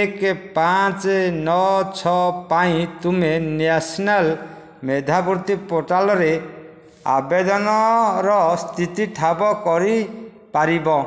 ଏକ ପାଞ୍ଚ ନଅ ଛଅ ପାଇଁ ତୁମେ ନ୍ୟାସନାଲ୍ ମେଧାବୃତ୍ତି ପୋର୍ଟାଲ୍ ଆବେଦନର ସ୍ଥିତି ଠାବ କରିପାରିବ